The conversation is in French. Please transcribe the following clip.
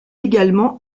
également